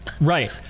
Right